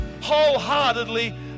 wholeheartedly